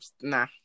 nah